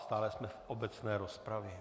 Stále jsme v obecné rozpravě.